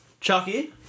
Chucky